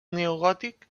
neogòtic